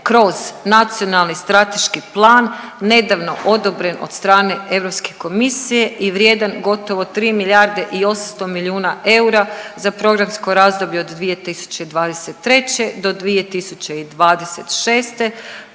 kroz Nacionalni strateški plan nedavno odobren od strane Europske komisije i vrijedan gotovo 3 milijarde i 800 milijuna eura za programsko razdoblje od 2023. do 2026.,